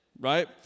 right